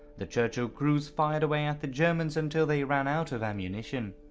the churchill crews fired away at the germans until they ran out of ammunition.